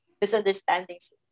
misunderstandings